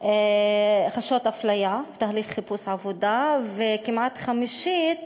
חשות אפליה בתהליך חיפוש העבודה, וכמעט חמישית